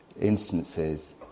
instances